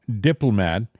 diplomat